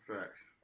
Facts